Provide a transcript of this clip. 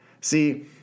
See